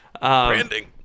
Branding